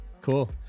Cool